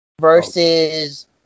versus